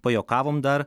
pajuokavom dar